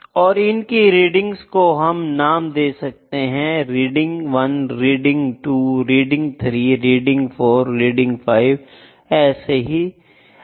और इनकी रीडिंग्स को हम नाम दे सकते हैं रीडिंग 1 रीडिंग दो रीडिंग 3 रीडिंग 4 रीडिंग 5 रीडिंग 7 व रीडिंग साथ